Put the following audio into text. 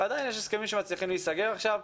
ועדיין יש הסכמים שמצליחים להיסגר עכשיו.